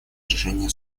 решения